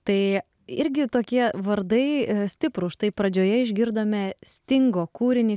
tai irgi tokie vardai stiprūs štai pradžioje išgirdome stingo kūrinį